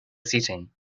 seating